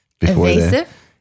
Evasive